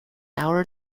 hour